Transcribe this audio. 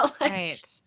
Right